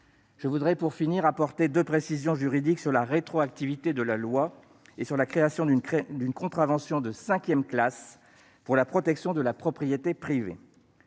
Je voudrais, pour finir, apporter deux précisions juridiques sur la rétroactivité de la loi et sur la création d'une contravention de cinquième classe pour la protection de la propriété privée.